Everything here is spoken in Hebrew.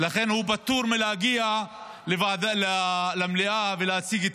ולכן הוא פטור מלהגיע למליאה ולהציג את